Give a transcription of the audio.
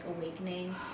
awakening